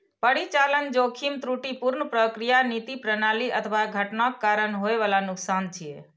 परिचालन जोखिम त्रुटिपूर्ण प्रक्रिया, नीति, प्रणाली अथवा घटनाक कारण होइ बला नुकसान छियै